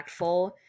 impactful